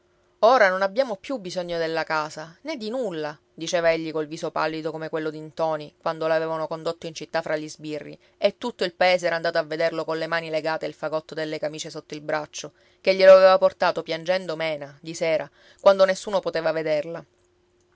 ora non abbiamo più bisogno della casa né di nulla diceva egli col viso pallido come quello di ntoni quando l'avevano condotto in città fra gli sbirri e tutto il paese era andato a vederlo colle mani legate e il fagotto delle camicie sotto il braccio che glielo aveva portato piangendo mena di sera quando nessuno poteva vederla